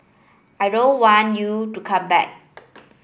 I don't want you to come back